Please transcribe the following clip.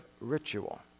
ritual